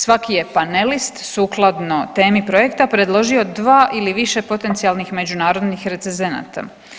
Svaki je panelist sukladno temi projekta predložio dva ili više potencijalnih međunarodnih recenzenata.